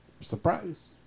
surprise